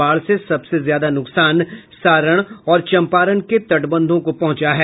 बाढ़ से सबसे ज्यादा नुकसान सारण और चम्पारण के तटबंधों को पहुंचा है